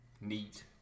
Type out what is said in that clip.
Neat